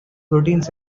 proteins